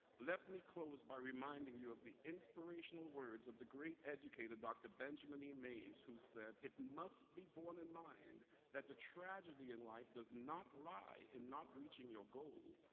let me close by reminding you of the inspirational words of the great educator dr. benjamin e. mays who said it must be borne in mind that the tragedy in life does not lie in not reaching your goal.